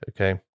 Okay